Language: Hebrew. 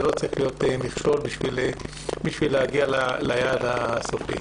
זה לא צריך להיות מכשול בשביל להגיע ליעד הסופי.